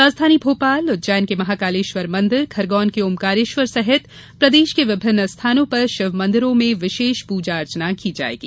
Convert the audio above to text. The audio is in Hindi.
राजधानी भोपाल उज्जैन के महाकालेश्वर मंदिर खरगोन के ओंकारेश्वर सहित प्रदेश के विभिन्न स्थानों पर शिव मंदिरों में विशेष पूजा अर्चना की जायेगी